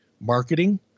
marketing